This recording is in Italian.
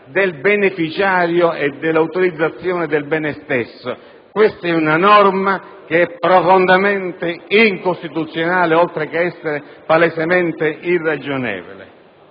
del beneficiario e dell'utilizzazione del bene stesso. Questa è una norma profondamente incostituzionale, oltre ad essere palesemente irragionevole.